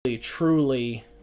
truly